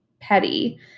petty